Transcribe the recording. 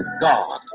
God